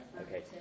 Okay